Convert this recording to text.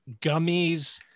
gummies